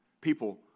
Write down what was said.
people